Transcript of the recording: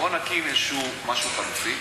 בוא נקים איזה משהו חלופי,